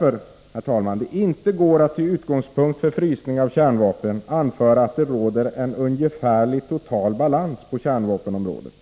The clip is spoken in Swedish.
Det är därför det inte går att till utgångspunkt för frysning av kärnvapen anföra att det råder en ungefärlig total balans på kärnvapenområdet.